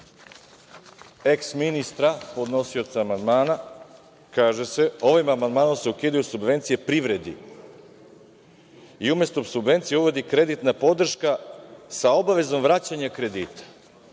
eh ministra, podnosioca amandmana, kaže se – ovim amandmanom se ukidaju subvencije privredi i umesto subvencije uvodi kreditna podrška sa obavezom vraćanja kredita.